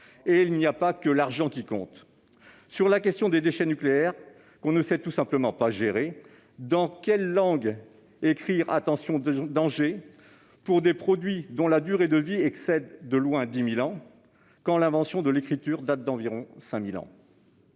Et il n'y a pas que l'argent qui compte ! Sur la question des déchets nucléaires, qu'on ne sait tout simplement pas gérer, dans quelle langue écrire « attention danger » pour des produits dont la durée de vie excède de loin 10 000 ans, quand l'invention de l'écriture date d'environ 5 000 ans ?